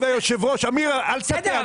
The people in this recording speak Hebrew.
אמיר, אל תשקר.